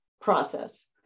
process